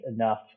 enough